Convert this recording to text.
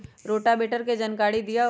Rotavator के जानकारी दिआउ?